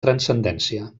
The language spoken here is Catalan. transcendència